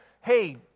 hey